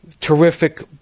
Terrific